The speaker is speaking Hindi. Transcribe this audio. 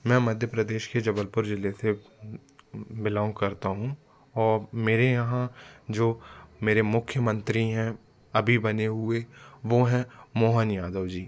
मैं मध्य प्रदेश के जबलपुर ज़िले से बिलॉन्ग करता हूँ और मेरे यहाँ जो मेरे मुख्य मंत्री हैं अभी बने हुए वो हैं मोहन यादव जी